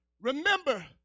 remember